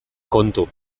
kontu